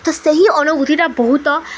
ତ ସେହି ଅନୁଭୂତିଟା ବହୁତ